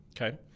Okay